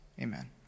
Amen